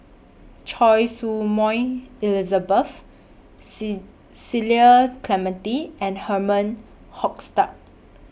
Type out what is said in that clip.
Choy Su Moi Elizabeth C Cecil Clementi and Herman Hochstadt